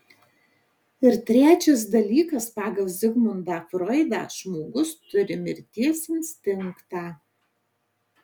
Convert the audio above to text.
ir trečias dalykas pagal zigmundą froidą žmogus turi mirties instinktą